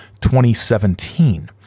2017